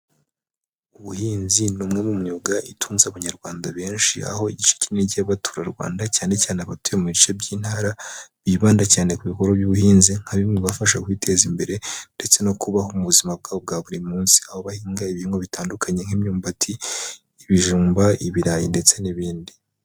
Ubuhinzi ni umwe mu myuga itunze abanyarwanda benshi, aho igice kinini cy'abaturarwanda cyane cyane abatuye mu bice by'intara, bibanda cyane ku bikorwa by'ubuhinzi nka bimwebafasha kwiteza imbere ndetse no kubaho mu buzima bwabo bwa buri munsi, aho bahinga ibihingwa bitandukanye nk'imyumbati, ibijumba, ibirayi ndetse n'ibindi.